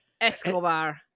escobar